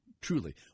Truly